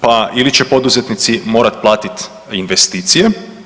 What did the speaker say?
Pa ili će poduzetnici morati platiti investicije.